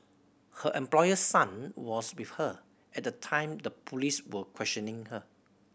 her employer's son was with her at the time the police were questioning her